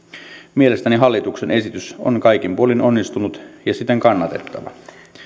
mielestäni hallituksen esitys on kaikin puolin onnistunut ja siten kannatettava